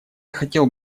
хотел